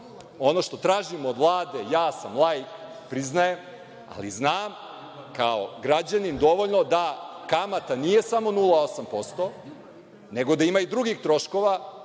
ono što tražim od Vlade, ja sam laik, priznajem, ali znam kao građanin dovoljno da kamata nije samo 0,8%, nego da ima i drugih troškova